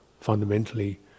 fundamentally